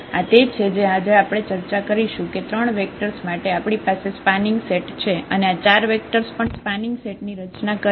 અને આ તે છે જે આજે આપણે ચર્ચા કરીશું કે 3 વેક્ટર્સ માટે આપણી પાસે સ્પાનિંગ સેટ છે અને આ 4 વેક્ટર્સ પણ સ્પાનિંગ સેટ ની રચના કરે છે